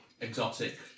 exotic